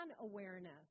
awareness